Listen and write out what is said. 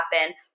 happen